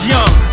Young